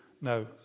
no